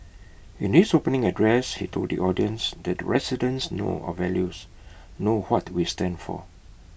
in his opening address he told the audience that the residents know our values know what we stand for